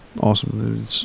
Awesome